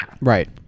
right